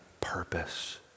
purpose